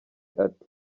ati